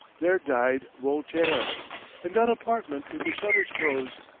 there died voltaire in that apartment with the shutters closed.